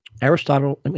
Aristotle